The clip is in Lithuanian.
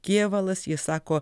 kėvalas jis sako